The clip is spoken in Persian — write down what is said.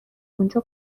اونجا